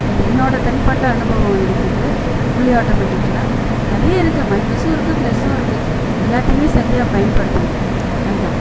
இது என்னோடய தனிப்பட்ட அனுபவம் எனக்கு இது ஃபுல்லி ஆட்டோமேட்டிக்ல நிறையா இருக்கும் மைனஸ்ஸும் இருக்கும் ப்ளஸ்ஸும் இருக்கும் எல்லாத்தையுமே சரியாக பயன்படுத்தணும் அதுதான்